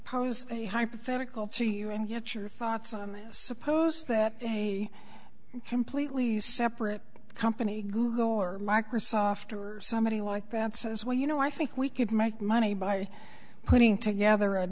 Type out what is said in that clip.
pose a hypothetical to you and get your thoughts on that suppose that a completely separate company google or microsoft or somebody like that says well you know i think we could make money by putting together a